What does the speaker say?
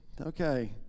Okay